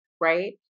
right